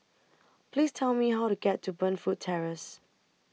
Please Tell Me How to get to Burnfoot Terrace